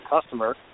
customer